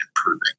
improving